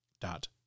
dot